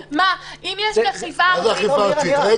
מה, אם יש אכיפה ארצית --- רגע.